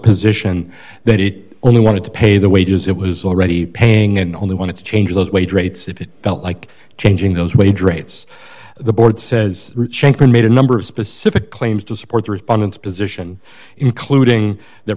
position that it only wanted to pay the wages it was already paying and only wanted to change those wage rates if it felt like changing those wage rates the board says made a number of specific claims to support the respondents position including that